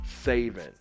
saving